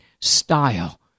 style